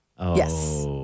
Yes